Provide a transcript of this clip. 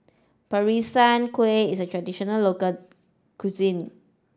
Peranakan Kueh is a traditional local cuisine